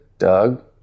Doug